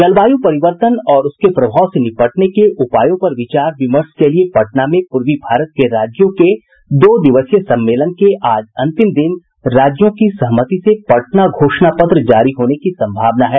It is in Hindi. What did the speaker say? जलवायु परिवर्तन और उसके प्रभाव से निपटने के उपायों पर विचार विमर्श के लिए पटना में पूर्वी भारत के राज्यों के दो दिवसीय सम्मेलन के आज अंतिम दिन राज्यों की सहमति से पटना घोषणा पत्र जारी होने की सम्भावना है